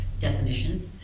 definitions